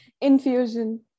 infusion